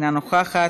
אינה נוכחת,